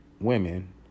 women